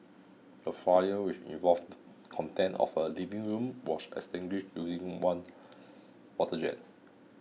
the fire which involved contents of a living room was extinguished using one water jet